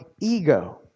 ego